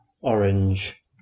orange